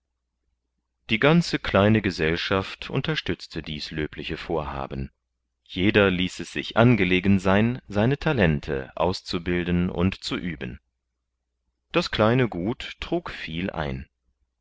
die ganze kleine gesellschaft unterstützte dies löbliche vorhaben jeder ließ es sich angelegen sein seine talente auszubilden und zu üben das kleine gut trug viel ein